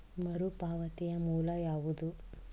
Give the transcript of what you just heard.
ಮರುಪಾವತಿಯ ಮೂಲ ಯಾವುದು?